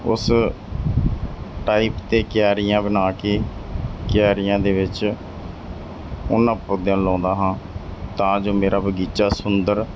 ਉਸ ਟਾਈਪ ਦੇ ਕਿਆਰੀਆਂ ਬਣਾ ਕੇ ਕਿਆਰੀਆਂ ਦੇ ਵਿੱਚ ਉਹਨਾਂ ਪੌਦਿਆਂ ਨੂੰ ਲਗਾਉਂਦਾ ਹਾਂ ਤਾਂ ਜੋ ਮੇਰਾ ਬਗੀਚਾ ਸੁੰਦਰ